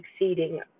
exceeding